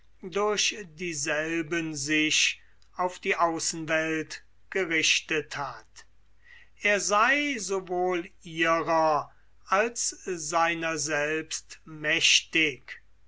durch dieselben sich auf die außenwelt gerichtet hat es sei sowohl ihrer als seiner selbst